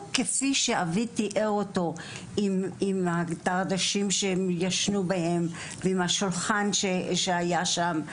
כפי שאבי תיאר אותו עם הדרגשים עליהם ישנו והשולחן שהיה שם.